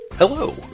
Hello